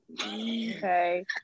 okay